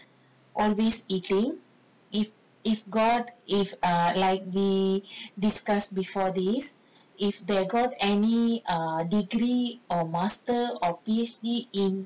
always eating if if got if err like we discussed before this if they got any err degree or master or P_H_D in